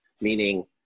meaning